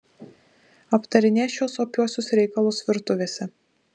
aptarinės šiuos opiuosius reikalus virtuvėse